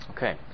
Okay